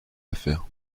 affaire